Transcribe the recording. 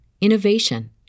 innovation